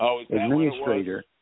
administrator